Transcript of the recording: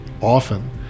often